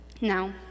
Now